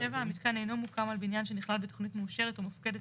(7) המיתקן אינו מוקם על בניין שנכלל בתכנית מאושרת או מופקדת